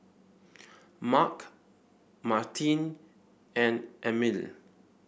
Mark Martine and Emil